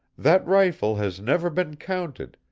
that rifle has never been counted,